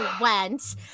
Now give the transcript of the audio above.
went